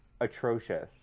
atrocious